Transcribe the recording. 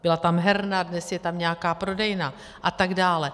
Byla tam herna, dnes je tam nějaká prodejna atd.